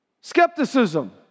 skepticism